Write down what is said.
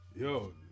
Yo